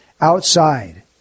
outside